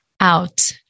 out